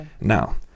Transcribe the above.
Now